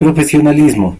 profesionalismo